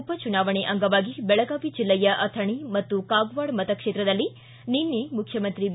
ಉಪಚುನಾವಣೆ ಅಂಗವಾಗಿ ಬೆಳಗಾವಿ ಜಿಲ್ಲೆಯ ಅಥಣಿ ಮತ್ತು ಕಾಗವಾಡ ಮತಕ್ಷೇತ್ರದಲ್ಲಿ ನಿನ್ನೆ ಮುಖ್ಯಮಂತ್ರಿ ಬಿ